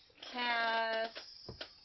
cast